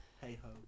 Hey-ho